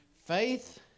Faith